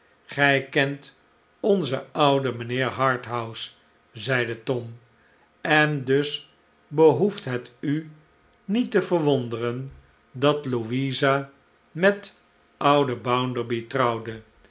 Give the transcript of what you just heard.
g-ij kent onzen oude mijnheer harthouse zeide tom en dus behoeft het u niet te vertom en mijnheer haethouse wonderen dat louisa met ouden bounderby trouwde